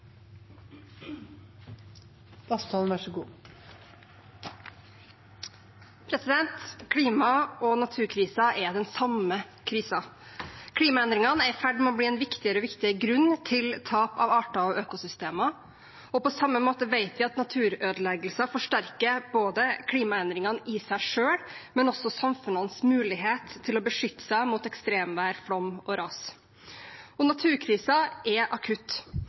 den samme krisen. Klimaendringene er i ferd med å bli en viktigere og viktigere grunn til tap av arter og økosystemer, og på samme måte vet vi at naturødeleggelser forsterker både klimaendringene i seg selv og også samfunnenes mulighet til å beskytte seg mot ekstremvær, flom og ras. Naturkrisen er akutt. Dyreliv og urørt natur forsvinner i rekordfart. Økosystemer som vi er